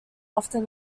often